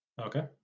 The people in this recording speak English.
Okay